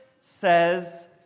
says